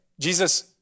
Jesus